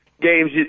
games